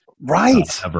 Right